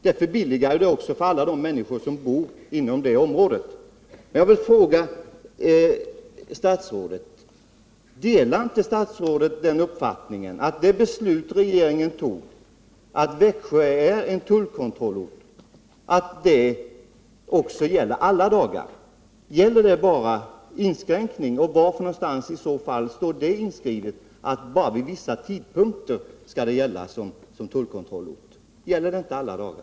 Jag vill fråga: Delar statsrådet inte den uppfattningen att det beslut som regeringen har fattat om att Växjö är en tullkontrollort skall gälla alla dagar? Var i lagen står den inskränkningen inskriven att Växjö är tullkontrollort bara vid vissa tidpunkter?